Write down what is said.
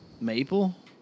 maple